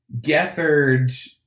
Gethard